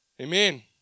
Amen